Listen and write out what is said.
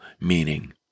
meaning